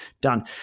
done